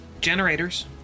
generators